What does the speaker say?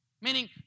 Meaning